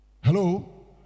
Hello